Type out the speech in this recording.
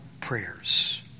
prayers